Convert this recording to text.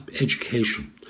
Education